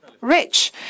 rich